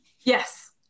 Yes